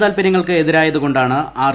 താൽപര്യങ്ങൾക്ക് എതിരായതുകൊണ്ടാണ് ആർ